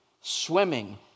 Swimming